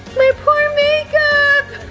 my poor make up!